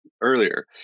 earlier